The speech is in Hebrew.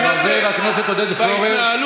חבר הכנסת עודד פורר,